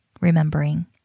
remembering